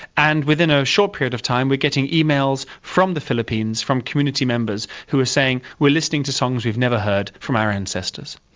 and within a short period of time we are getting emails from the philippines, from community members who are saying, we're listening to songs we've never heard from our ancestors.